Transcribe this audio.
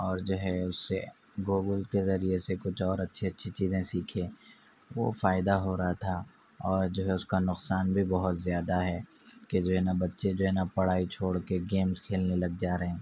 اور جو ہے اس سے گوگل کے ذریعے سے کچھ اور اچھی اچھی چیزیں سیکھیں وہ فائدہ ہو رہا تھا اور جو ہے اس کا نقصان بھی بہت زیادہ ہے کہ جو ہے نا بچے جو ہے نا پڑھائی چھوڑ کے گیمس کھیلنے لگ جا رہیں